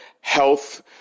health